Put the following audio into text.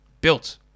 built